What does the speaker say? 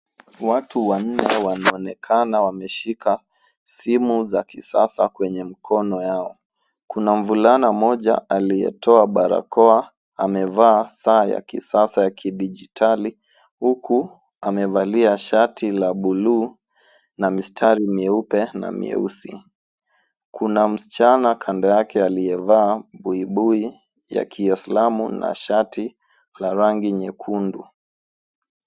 Watu wanne wanaonekana wameshika simu za kisasa kwenye mkono yao. Kuna mvulana mmoja aliyetoa barakoa, amevaa saa ya kisasa ya kidijitali huku amevalia shati la buluu na mistari mieupe na mieusi. Kuna msichana kando yake aliyevaa buibui ya Kiislamu na shati la rangi nyekundu.